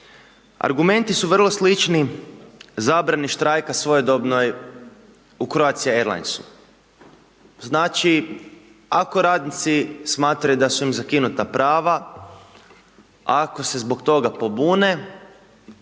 Argumenti su vrlo slični, zabrani štrajka svojedobnoj u Croatia Airlinesu. Znači, ako radnici smatraju da su im zakinuta prava, ako se zbog toga pobune